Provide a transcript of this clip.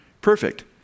perfect